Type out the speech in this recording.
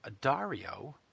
Dario